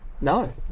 No